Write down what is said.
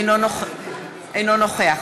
אינו נוכח